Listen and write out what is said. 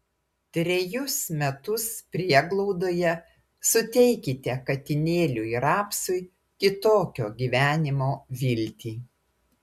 trejus metus prieglaudoje suteikite katinėliui rapsui kitokio gyvenimo viltį